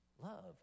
Love